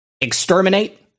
exterminate